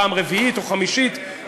פעם רביעית או חמישית,